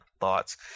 thoughts